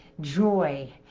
joy